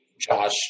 Josh